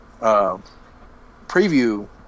preview